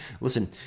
Listen